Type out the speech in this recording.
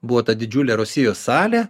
buvo ta didžiulė rosijos salė